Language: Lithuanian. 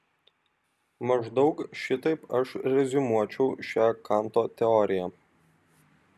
maždaug šitaip aš reziumuočiau šią kanto teoriją